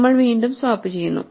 നമ്മൾ വീണ്ടും സ്വാപ്പ് ചെയ്യുന്നു